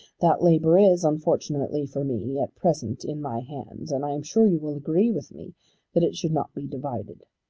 that labour is, unfortunately for me, at present in my hands, and i am sure you will agree with me that it should not be divided.